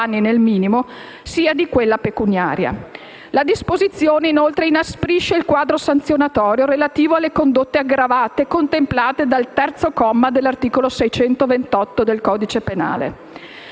La disposizione inasprisce, inoltre, anche il quadro sanzionatorio relativo alle condotte aggravate, contemplate dal terzo comma dell'articolo 624*-bis* del codice penale.